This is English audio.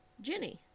Jenny